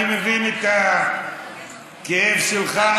ואני מבין את הכאב שלך,